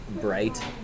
bright